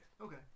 Okay